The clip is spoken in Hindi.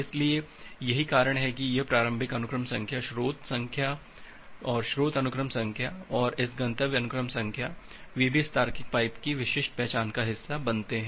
इसलिए यही कारण है कि यह प्रारंभिक अनुक्रम संख्या स्रोत अनुक्रम संख्या और इस गंतव्य अनुक्रम संख्या वे भी इस तार्किक पाइप की विशिष्ट पहचान का हिस्सा बनते हैं